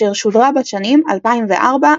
אשר שודרה בשנים 2004–2015.